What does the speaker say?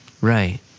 right